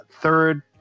third